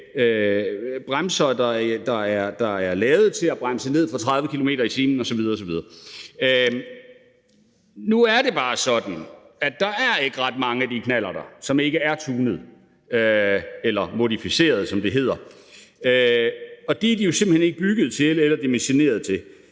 bremserne, der er lavet til at bremse ned fra 30 km/t. osv. osv. Nu er det bare sådan, at der ikke er ret mange af de knallerter, der ikke er tunede eller modificerede, som det hedder. Men det er de simpelt hen ikke bygget til eller dimensioneret til.